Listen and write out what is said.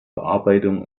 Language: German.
verarbeitung